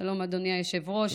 אדוני היושב-ראש.